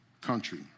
country